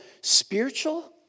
spiritual